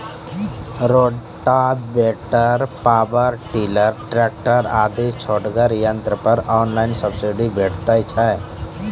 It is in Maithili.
रोटावेटर, पावर टिलर, ट्रेकटर आदि छोटगर यंत्र पर ऑनलाइन सब्सिडी भेटैत छै?